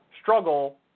struggle